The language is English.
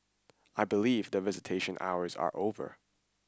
I believe that visitation hours are over